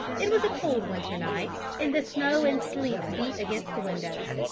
it was a cold winter night, and the snow and sleet beat against the windows.